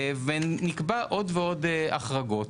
ונקבע עוד ועוד החרגות?